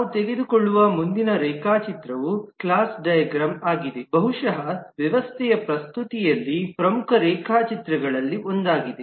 ನಾವು ತೆಗೆದುಕೊಳ್ಳುವ ಮುಂದಿನ ರೇಖಾಚಿತ್ರವು ಕ್ಲಾಸ್ ಡೈಗ್ರಾಮ್ ಆಗಿದೆ ಬಹುಶಃ ವ್ಯವಸ್ಥೆಯ ಪ್ರಸ್ತುತಿಯಲ್ಲಿ ಪ್ರಮುಖ ರೇಖಾಚಿತ್ರಗಳಲ್ಲಿ ಒಂದಾಗಿದೆ